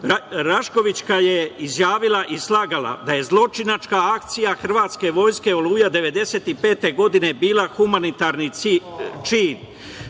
Raškovićeva je izjavila i slagala da je zločinačka akcija hrvatske vojske „Oluja 1995. godine“, bila humanitarni čin.